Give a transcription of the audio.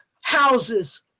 houses